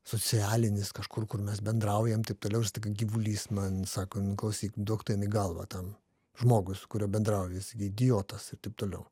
socialinis kažkur kur mes bendraujam taip toliau ir staiga gyvulys man sako nu klausyk duok tu jam į galvą tam žmogui su kuriuo bendrauji jisai idiotas ir taip toliau